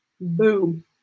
Boom